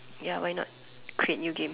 ya why not create new game